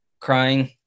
crying